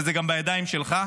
וזה גם בידיים שלך,